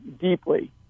deeply